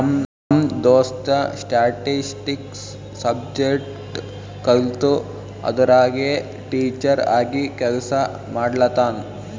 ನಮ್ ದೋಸ್ತ statistics subject ಕಲ್ತು ಅದುರಾಗೆ ಟೀಚರ್ ಆಗಿ ಕೆಲ್ಸಾ ಮಾಡ್ಲತಾನ್